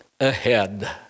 ahead